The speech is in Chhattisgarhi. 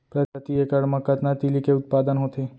प्रति एकड़ मा कतना तिलि के उत्पादन होथे?